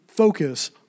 focus